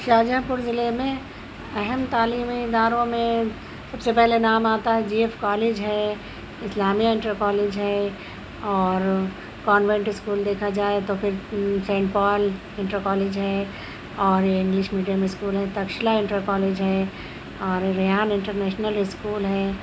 شاہجہاں پور ضلعے میں اہم تعلیمی اداروں میں سب سے پہلے نام آتا ہے جی ایف کالج ہے اسلامیہ انٹر کالج ہے اور کانوینٹ اسکول دیکھا جائے تو پھر ساینٹ پال انٹر کالج ہے اور انگلش میڈیم اسکول ہے تکشیلہ انٹر کالج ہے اور ریحان انٹر نیشنل اسکول ہے